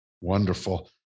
Wonderful